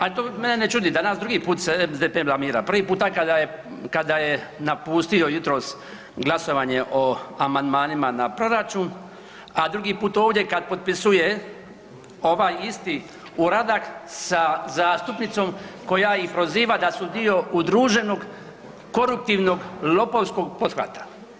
A to mene ne čudi, danas drugi put se SDP blamira, prvi puta kada je napustio jutros glasovanje o amandmanima na proračun, a drugi put ovdje kad potpisuje ovaj isti uradak sa zastupnicom koja ih proziva da su dio udruženog koruptivnog lopovskog pothvata.